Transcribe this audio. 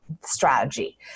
strategy